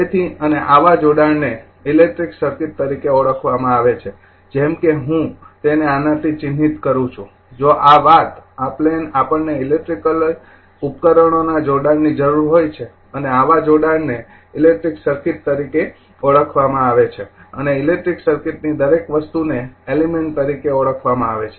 તેથી અને આવા જોડાણને ઇલેક્ટ્રિક સર્કિટ તરીકે ઓળખવામાં આવે છે જેમ કે હું તેને આનાથી ચિહ્નિત કરું છું જો આ વાત આ પ્લેન આપણને ઇલેક્ટ્રિકલ ઉપકરણોના જોડાણ ની જરૂર હોય છે અને આવા જોડાણને ઇલેક્ટ્રિક સર્કિટ તરીકે ઓળખવા આવે છે અને ઇલેક્ટ્રિક સર્કિટની દરેક વસ્તુને એલિમેંટ તરીકે ઓળખવામાં આવે છે